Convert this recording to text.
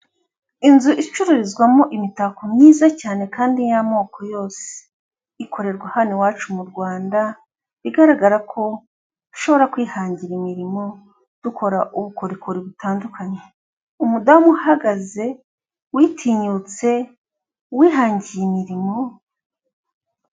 Inzu icururizwamo imitako myiza cyane kandi y'amoko yose, ikorerwa hano iwacu mu Rwanda, igaragara ko dushobora kwihangira imirimo dukora ubukorikori butandukanye, umudamu uhagaze witinyutse wihangiye imirimo,